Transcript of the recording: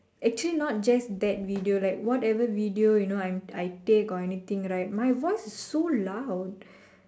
actually not just that video like whatever video you know I'm I take or anything right my voice is so loud